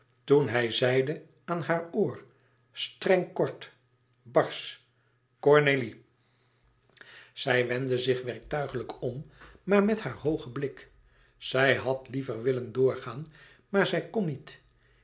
toen hij zeide aan haar oor streng kort barsch cornélie zij wendde zich werktuigelijk om maar met haar hoogen blik zij had liever willen doorgaan maar zij kon niet